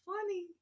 funny